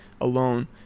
alone